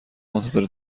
منتظر